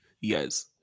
Yes